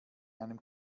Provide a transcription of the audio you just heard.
einem